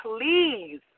please